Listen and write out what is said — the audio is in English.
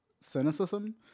cynicism